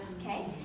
okay